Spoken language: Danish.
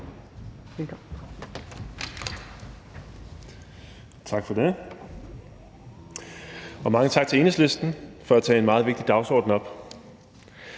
Tak for det, og mange tak til Enhedslisten for at tage en meget vigtig dagsorden op.